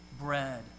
bread